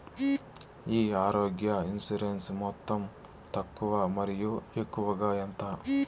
ఈ ఆరోగ్య ఇన్సూరెన్సు మొత్తం తక్కువ మరియు ఎక్కువగా ఎంత?